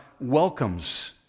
welcomes